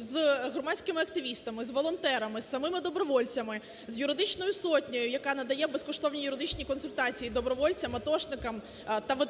з громадськими активістами, з волонтерами, з самими добровольцями, з "Юридичною сотнею", яка надає безкоштовні юридичні консультації добровольцям, атошникам та ветеранам,